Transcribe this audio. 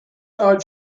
are